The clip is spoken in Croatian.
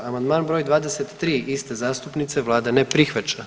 Amandman br. 23 iste zastupnice, Vlada ne prihvaća.